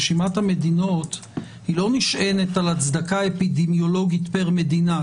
רשימת המדינות לא נשענת על הצדקה אפידמיולוגית פר מדינה.